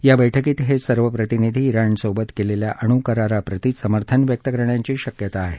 या बैठकीत हे सर्व प्रतिनिधी जिणसोबत केलेल्या अणुकराराप्रती समर्थन व्यक्त करण्याची शक्यता आहे